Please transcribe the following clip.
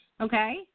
Okay